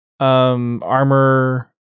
Armor